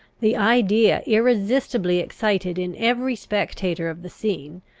the idea irresistibly excited in every spectator of the scene,